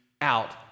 out